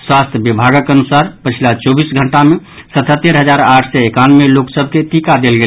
स्वास्थ्य विभागक अनुसार पछिला चौबीस घंटा मे सतहत्तरि हजार आठ सय एकानवे लोक सभ के टीका देल गेल